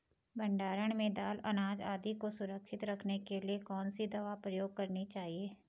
भण्डारण में दाल अनाज आदि को सुरक्षित रखने के लिए कौन सी दवा प्रयोग करनी चाहिए?